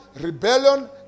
rebellion